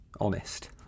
honest